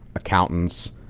accountants,